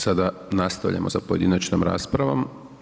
Sada nastavljamo sa pojedinačnom raspravom.